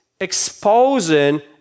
exposing